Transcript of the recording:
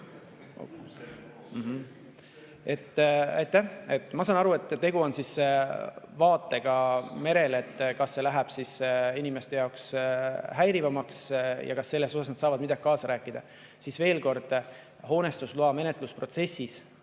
ma saan aru, et tegu on vaatega merele, et kas see läheb inimeste jaoks häirivamaks ja kas nad selles osas saavad midagi kaasa rääkida. Veel kord: hoonestusloa menetlusprotsessis